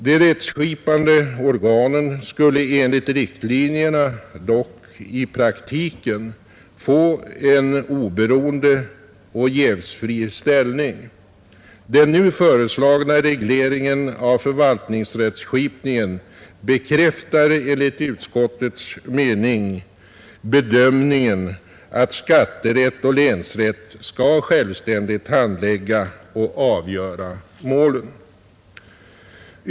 De rättskipande organen skulle enligt riktlinjerna dock i praktiken få en oberoende och jävsfri ställning. Den nu föreslagna regleringen av förvaltningsrättskipningen bekräftar enligt utskottets mening bedömningarna att skatterätt och länsrätt skall självständigt handlägga och avgöra målen.